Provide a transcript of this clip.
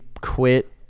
quit